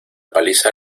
paliza